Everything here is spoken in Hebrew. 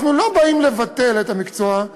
אנחנו לא באים לבטל את המקצוע,